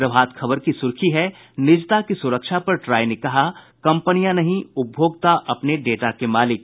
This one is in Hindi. प्रभात खबर की सुर्खी है निजता की सुरक्षा पर ट्राई ने कहा कंपनियां नहीं उपभोक्ता अपने डेटा के मालिक